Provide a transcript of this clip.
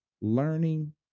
learning